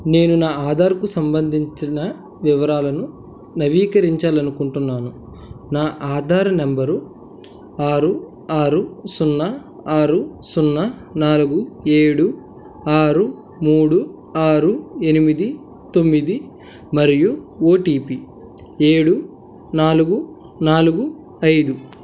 నేను నా ఆధార్కు సంబంధించిన వివరాలను నవీకరించాలి అనుకుంటున్నాను నా ఆధారు నెంబరు ఆరు ఆరు సున్నా ఆరు సున్నా నాలుగు ఏడు ఆరు మూడు ఆరు ఎనిమిది తొమ్మిది మరియు ఓటీపీ ఏడు నాలుగు నాలుగు ఐదు